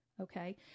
Okay